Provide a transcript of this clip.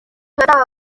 bazaba